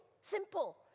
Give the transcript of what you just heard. simple